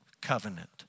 covenant